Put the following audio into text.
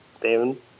David